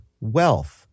wealth